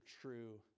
true